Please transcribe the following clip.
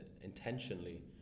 intentionally